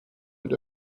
mit